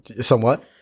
Somewhat